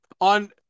on